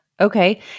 Okay